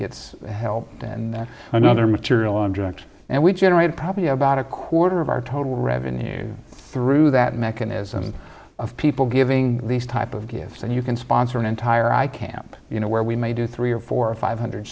gets help and another material objects and we generate probably about a quarter of our total revenue through that mechanism of people giving these type of gifts and you can sponsor an entire i can't you know where we may do three or four or five hundred